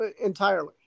entirely